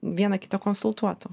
viena kitą konsultuotų